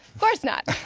course not.